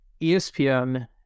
ESPN